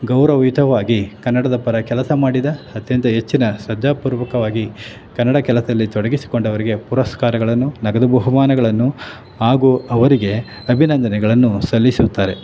ಗೌರವಿತವಾಗಿ ಕನ್ನಡದ ಪರ ಕೆಲಸ ಮಾಡಿದ ಅತ್ಯಂತ ಹೆಚ್ಚಿನ ಶ್ರದ್ಧಾಪೂರ್ವಕವಾಗಿ ಕನ್ನಡ ಕೆಲಸದಲ್ಲಿ ತೊಡಗಿಸಿಕೊಂಡವರಿಗೆ ಪುರಸ್ಕಾರಗಳನ್ನು ನಗದು ಬಹುಮಾನಗಳನ್ನು ಹಾಗೂ ಅವರಿಗೆ ಅಭಿನಂದನೆಗಳನ್ನು ಸಲ್ಲಿಸುತ್ತಾರೆ